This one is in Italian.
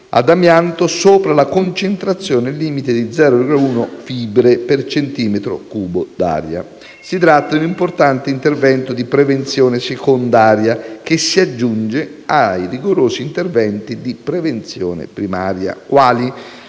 ad amianto sopra la concentrazione limite di 0,1 fibre per centimetro cubo d'aria. Si tratta di un importante intervento di prevenzione secondaria, che si aggiunge ai rigorosi interventi di prevenzione primaria, quali: